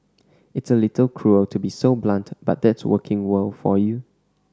it's a little cruel to be so blunt but that's working world for you